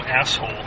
asshole